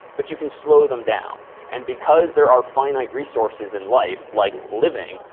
but you can slow them down. and because there are finite resources in life, like living,